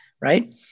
right